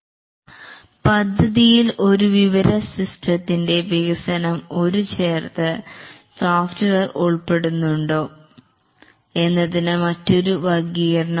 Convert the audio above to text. project ഒരു information സിസ്റ്റമാണോ അതോ എംബെഡ്ഡ്ഡ് സിസ്റ്റമാണോ വികസിപ്പിക്കാൻ ഉദ്ധേശിക്കുന്നത് എന്നതിന്റെ അടിസ്ഥാനത്തിൽ ആണ് മറ്റൊരു വർഗീകരണം